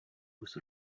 with